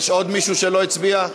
יש עוד מישהו שלא הצביע?